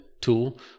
tool